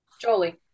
Jolie